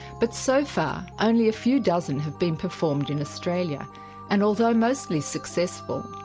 but so far only a few dozen have been performed in australia and although mostly successful,